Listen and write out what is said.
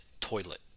toilet